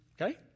Okay